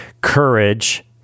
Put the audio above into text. Courage